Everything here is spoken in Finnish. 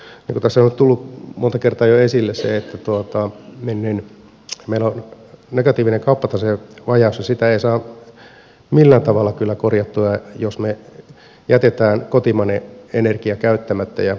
niin kuin tässä on tullut jo monta kertaa esille meillä on negatiivinen kauppatase kauppataseen vajaus ja sitä ei saa millään tavalla kyllä korjattua jos me jätämme kotimaisen energian käyttämättä ja tuomme tuontienergiaa